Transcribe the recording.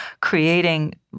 creating